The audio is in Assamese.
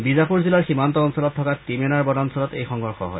বীজাপুৰ জিলাৰ সীমান্ত অঞ্চলত থকা টীমেনাৰ বনাঞ্চলত এই সংঘৰ্ষ হয়